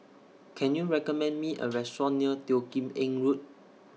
Can YOU recommend Me A Restaurant near Teo Kim Eng Road